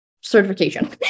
certification